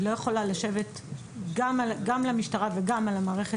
היא לא יכולה לשבת גם על המשטרה וגם על המערכת